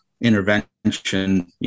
intervention